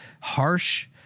harsh